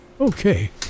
okay